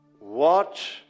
Watch